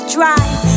Drive